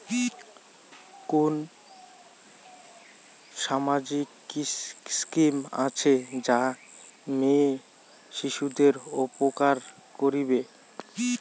কুন সামাজিক স্কিম আছে যা মেয়ে শিশুদের উপকার করিবে?